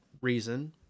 reason